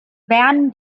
werden